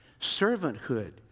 Servanthood